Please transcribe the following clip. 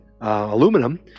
aluminum